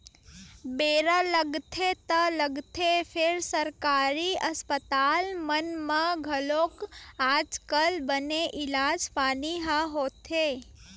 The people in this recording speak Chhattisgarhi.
बेरा लगथे ता लगथे फेर सरकारी अस्पताल मन म घलोक आज कल बने इलाज पानी ह होथे